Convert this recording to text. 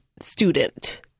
student